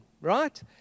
right